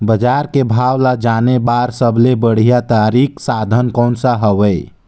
बजार के भाव ला जाने बार सबले बढ़िया तारिक साधन कोन सा हवय?